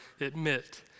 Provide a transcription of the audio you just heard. admit